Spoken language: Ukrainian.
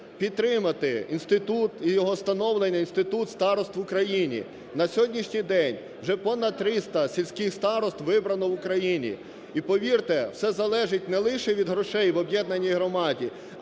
підтримати інститут і його становлення, інститут старост в Україні. На сьогоднішній день вже понад триста сільських старост вибрано в Україні. І повірте, все залежить не лише від грошей в об'єднаній громаді,